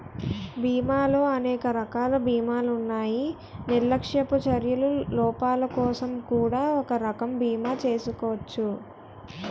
బీమాలో అనేక రకాల బీమాలున్నాయి నిర్లక్ష్యపు చర్యల లోపాలకోసం కూడా ఒక రకం బీమా చేసుకోచ్చు